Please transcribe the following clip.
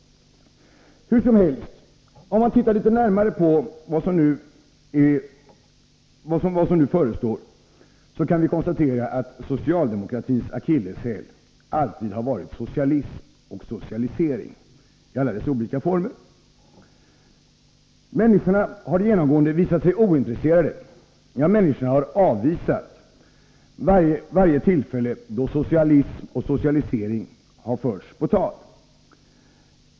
Hur som helst — om man ser litet närmare på vad som nu förestår, så kan vi konstatera att socialdemokratins akilleshäl alltid har varit socialism och socialisering i alla dess olika former. Människorna har genomgående visat sig ointresserade — ja, människorna har avvisat varje tillfälle då socialism och socialisering har förts på tal.